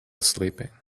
sleeping